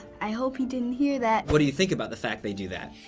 i hope he didn't hear that. what do you think about the fact they do that?